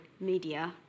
media